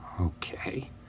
Okay